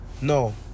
No